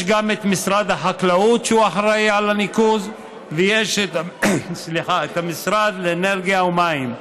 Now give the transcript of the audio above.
יש גם את משרד החקלאות שאחראי לניקוז ויש את המשרד לאנרגיה ומים.